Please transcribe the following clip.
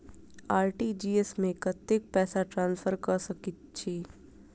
RTGS मे कतेक पैसा ट्रान्सफर कऽ सकैत छी?